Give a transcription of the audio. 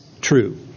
true